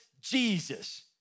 Jesus